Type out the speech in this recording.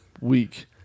week